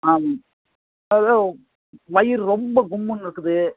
ஆமாம் அதுதான் வயிறு ரொம்ப கும்முன்னு இருக்குது